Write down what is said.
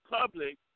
public